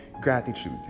gratitude